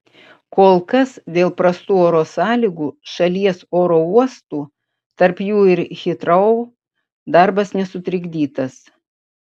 kol kas dėl prastų oro sąlygų šalies oro uostų tarp jų ir hitrou darbas nesutrikdytas